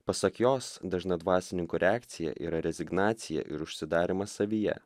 pasak jos dažna dvasininkų reakcija yra rezignacija ir užsidarymas savyje